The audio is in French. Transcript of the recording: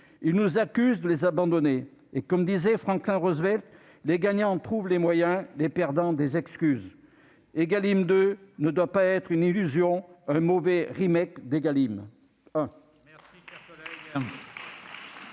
ils nous accusent de les abandonner. Comme disait Franklin Roosevelt, « les gagnants trouvent les moyens, les perdants des excuses »! Égalim 2 ne doit pas être une illusion, un mauvais d'Égalim